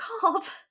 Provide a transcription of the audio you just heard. called